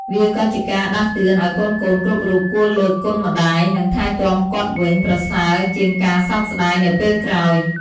វាក៏ជាការដាស់តឿនឲ្យកូនៗគ្រប់រូបគួររលឹកគុណម្ដាយ និងថែទាំគាត់វិញ ប្រសើរជាងការសោកស្ដាយនៅពេលក្រោយ។